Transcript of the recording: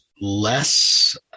less